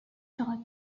todd